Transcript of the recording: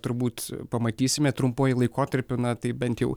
turbūt pamatysime trumpuoju laikotarpiu na tai bent jau